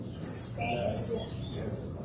space